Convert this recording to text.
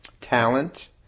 talent